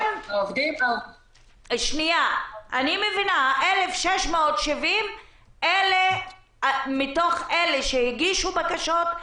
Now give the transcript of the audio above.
אני מבינה 1,670 מתוך אלה שהגישו בקשות,